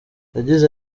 yagize